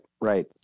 Right